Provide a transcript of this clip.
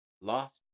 lost